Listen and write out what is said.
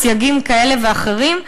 בסייגים כאלה ואחרים,